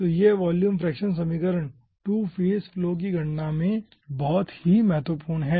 तो यह volume fraction समीकरण टू फेज़ फ्लो की गणना में बहुत ही महत्वपूर्ण है